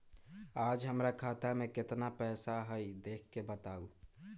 आज हमरा खाता में केतना पैसा हई देख के बताउ?